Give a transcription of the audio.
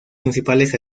principales